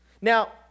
Now